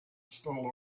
stole